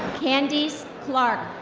candice clarke.